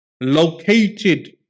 located